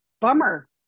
Bummer